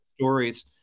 stories